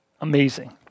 amazing